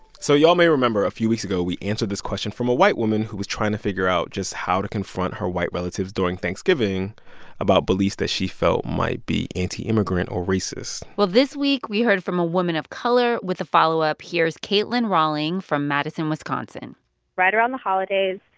so y'all may remember, a few weeks ago, we answered this question from a white woman who was trying to figure out just how to confront her white relatives during thanksgiving about beliefs that she felt might be anti-immigrant or racist well, this week, we heard from a woman of color with a follow-up. here's caitlin rawling from madison, wisc ah right around the holidays,